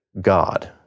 God